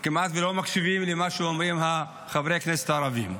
כמעט שלא מקשיבים למה שאומרים חברי הכנסת הערבים.